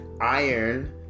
iron